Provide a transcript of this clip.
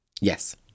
Yes